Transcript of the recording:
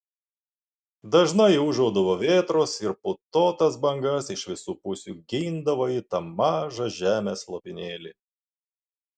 dažnai ūžaudavo vėtros ir putotas bangas iš visų pusių gindavo į tą mažą žemės lopinėlį